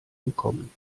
entkommen